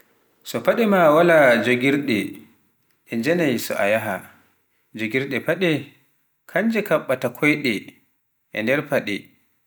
so paɗe maa waala joogirde ɗe njaanai so a yaaha, joogirde paɗe kanje kaɓɓa taa koyɗe e nder paɗe